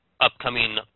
upcoming